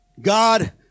God